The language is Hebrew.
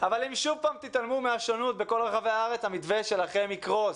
אבל אם שוב פעם תתעלמו מהשונות בכל רחבי הארץ המתווה שלכם יקרוס.